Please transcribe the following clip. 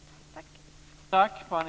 Tack!